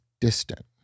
distant